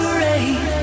rain